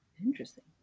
Interesting